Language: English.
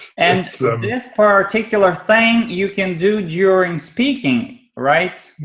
and this particular thing you can do during speaking, right?